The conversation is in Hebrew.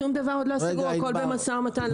שום דבר עדיין לא סגר, הכול במשא ומתן.